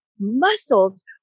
muscles